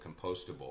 compostable